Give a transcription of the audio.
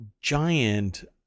giant